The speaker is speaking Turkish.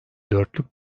dörtlük